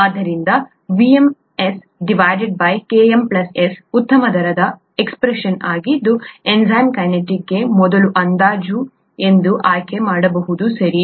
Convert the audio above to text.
ಆದ್ದರಿಂದ VmS Km S ಉತ್ತಮ ದರದ ಎಕ್ಸ್ಪ್ರೆಷನ್ ಆಗಿದ್ದು ಎನ್ಝೈಮ್ ಕೈನೆಟಿಕ್ಗೆ ಮೊದಲ ಅಂದಾಜು ಎಂದು ಆಯ್ಕೆ ಮಾಡಬಹುದು ಸರಿ